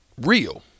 real